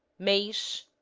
mais,